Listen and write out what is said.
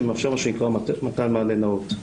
שמאפשר מה שנקרא מתן מענה נאות.